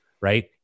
right